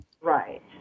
Right